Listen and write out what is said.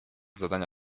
zadania